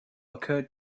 occurred